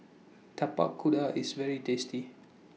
Tapak Kuda IS very tasty